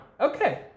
Okay